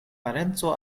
parenco